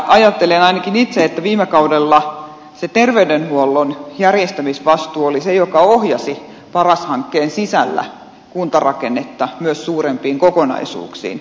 ajattelen ainakin itse että viime kaudella se terveydenhuollon järjestämisvastuu oli se joka ohjasi paras hankkeen sisällä kuntarakennetta myös suurempiin kokonaisuuksiin